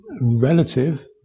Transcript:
relative